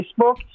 Facebook